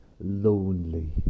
lonely